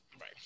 Right